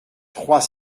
trois